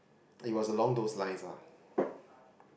it was along those lines lah